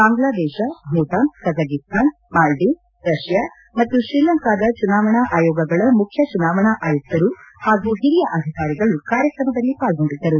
Bangladesh Bhutan Kazakhstan Maldives Russia ಮತ್ತು ಶ್ರೀಲಂಕಾದ ಚುನಾವಣಾ ಆಯೋಗಗಳ ಮುಖ್ಯ ಚುನಾವಣಾ ಆಯುಕ್ತರು ಹಾಗೂ ಹಿರಿಯ ಅಧಿಕಾರಿಗಳು ಕಾರ್ಯಕ್ರಮದಲ್ಲಿ ಪಾಲ್ಗೊಂಡಿದ್ದರು